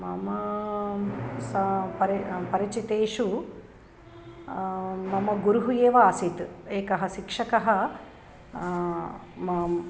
मम स परि परिचितेषु मम गुरुः एव आसीत् एकः शिक्षकः माम्